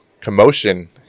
commotion